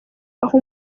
aho